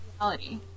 reality